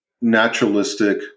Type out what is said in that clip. naturalistic